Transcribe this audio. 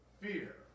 fear